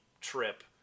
trip